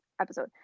episode